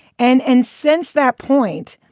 and and since that point,